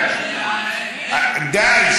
די, די.